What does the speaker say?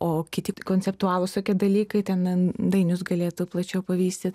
o kiti konceptualūs dalykai ten dainius galėtų plačiau pavysit